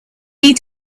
need